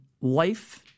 life